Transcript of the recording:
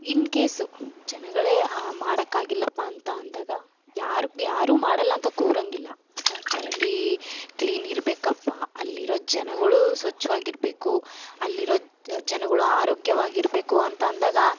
ಇನ್ case ಜನಗಳೇ ಆ ಮಾಡೋಕಾಗಿಲ್ಲಪ್ಪಾ ಅಂತ ಅಂದಾಗ ಯಾರು ಯಾರು ಮಾಡೋಲ್ಲಂತ ಕೂರೋಂಗಿಲ್ಲ ಆಯ್ತಾ ಚರಂಡೀ ಕ್ಲೀನ್ ಇರಬೇಕಪ್ಪಾ ಅಲ್ಲಿರೋ ಜನಗಳೂ ಸ್ವಚ್ಛವಾಗಿರಬೇಕು ಅಲ್ಲಿರೋ ಜನ್ಗಳು ಆರೋಗ್ಯವಾಗಿರ್ಬೇಕು ಅಂತ ಅಂದಾಗ